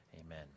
amen